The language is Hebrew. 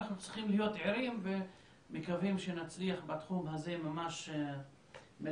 אנחנו צריכים להיות ערים ומקווים שנצליח בתחום הזה ממש מלכתחילה,